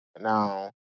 Now